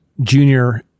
Junior